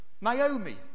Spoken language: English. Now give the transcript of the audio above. Naomi